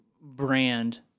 brand